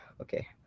Okay